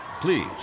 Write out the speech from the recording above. Please